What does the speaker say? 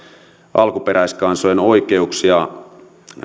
alkuperäiskansojen oikeuksia